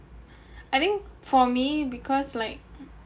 I think for me because like